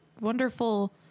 wonderful